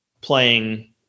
playing